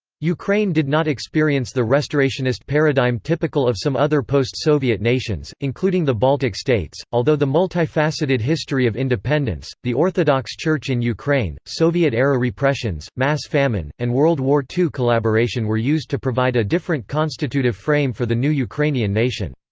ukraine did not experience the restorationist paradigm typical of some other post-soviet nations, including the baltic states, although the multifaceted history of independence, the orthodox church in ukraine, soviet-era repressions, mass famine, and world war ii collaboration were used to provide a different constitutive frame for the new ukrainian nation.